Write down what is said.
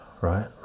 Right